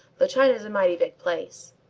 though china's a mighty big place.